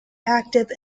active